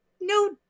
no